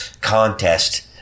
contest